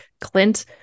clint